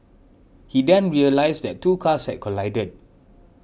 he then realised that two cars had collided